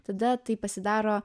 tada tai pasidaro